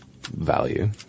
value